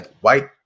white